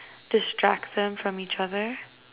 distract them from each other